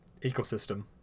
ecosystem